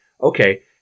Okay